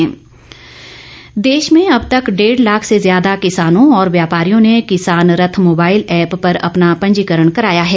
किसान रथ ऐप देश में अब तक डेढ लाख से ज्यादा किसानों और व्यापारियों ने किसान रथ मोबाइल ऐप पर अपना पंजीकरण कराया है